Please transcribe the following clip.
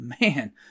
man